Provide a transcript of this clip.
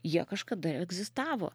jie kažkada ir egzistavo